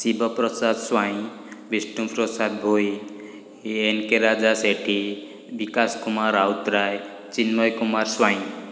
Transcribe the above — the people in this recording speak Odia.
Shivprasad Swain Bishnuprasad Bhoi N K Raja Sethi Bikash Kumar Routray Chinmay Kumar Swain